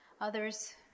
Others